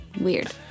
weird